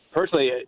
Personally